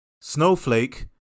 Snowflake